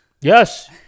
Yes